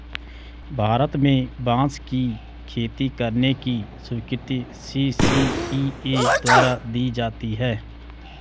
भारत में बांस की खेती करने की स्वीकृति सी.सी.इ.ए द्वारा दी जाती है